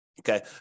Okay